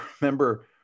remember